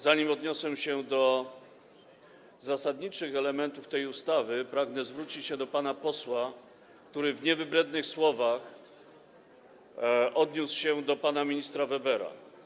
Zanim odniosę się do zasadniczych elementów tej ustawy, pragnę zwrócić się do pana posła, który w niewybrednych słowach odniósł się do pana ministra Webera.